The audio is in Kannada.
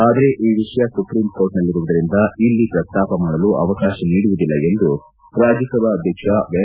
ಆದರೆ ಈ ವಿಷಯ ಸುಪ್ರಿಂಕೋರ್ಟ್ನಲ್ಲಿರುವುದರಿಂದ ಇಲ್ಲಿ ಪ್ರಸ್ತಾಪ ಮಾಡಲು ಅವಕಾಶ ನೀಡುವುದಿಲ್ಲ ಎಂದು ರಾಜ್ಯಸಭಾ ಅಧ್ಯಕ್ಷ ಎಂ